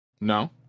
No